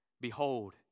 Behold